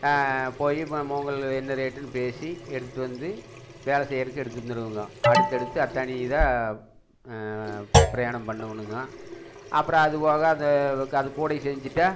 போய் மூங்கில் என்ன ரேட்டுனு பேசி எடுத்துகிட்டு வந்து வேலை செய்கிறதுக்கு எடுத்துகிட்டு வந்துருவேங்க அடுத்து அடுத்து அத்தாணிதான் பிரயாணம் பண்ணுவேனுங்க அப்பறம் அது போக அது அது கூடை செஞ்சுட்டா